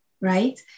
right